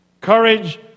Courage